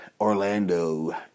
Orlando